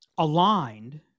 aligned